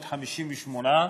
ו-658,000,